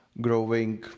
growing